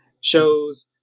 shows